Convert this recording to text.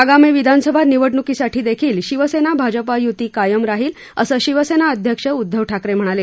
आगामी विधानसभा निवडण्कीसाठी देखील शिवसेना भाजपा युती कायम राहील असं शिवसेना अध्यक्ष उदधव ठाकरे म्हणाले